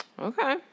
Okay